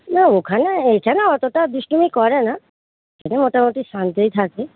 না ওখানে এখানে অতটা দুষ্টুমি করে না এখানে মোটামুটি শান্তই থাকে